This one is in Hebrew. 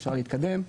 אפשר להתקדם.